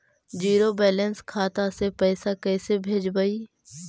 Zero balance खाता से पैसा कैसे भेजबइ?